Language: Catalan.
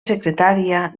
secretària